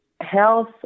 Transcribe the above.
health